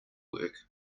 work